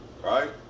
right